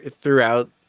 throughout